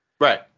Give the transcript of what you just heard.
Right